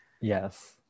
yes